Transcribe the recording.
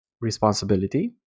responsibility